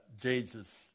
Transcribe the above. Jesus